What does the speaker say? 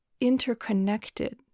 interconnected